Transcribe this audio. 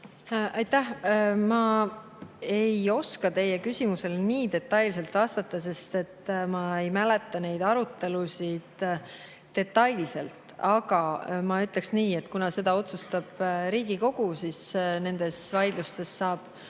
Aitäh! Ma ei oska teie küsimusele nii detailselt vastata, sest ma ei mäleta neid arutelusid detailselt. Aga ma ütleksin nii, et kuna seda otsustab Riigikogu, siis nendes vaidlustes saab